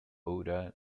oda